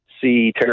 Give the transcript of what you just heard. see